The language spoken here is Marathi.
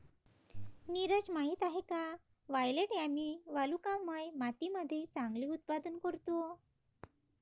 नीरज माहित आहे का वायलेट यामी वालुकामय मातीमध्ये चांगले उत्पादन करतो?